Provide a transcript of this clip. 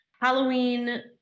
Halloween